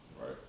Right